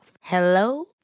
Hello